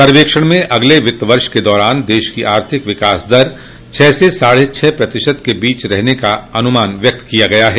सर्वेक्षण में अगले वित्त वर्ष के दौरान देश की आर्थिक विकास दर छह से साढ़े छह प्रतिशत के बोच रहने का अनुमान व्यक्त किया गया है